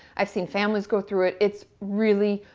i've seen families go through it. it's really,